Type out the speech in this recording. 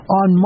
on